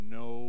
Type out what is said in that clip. no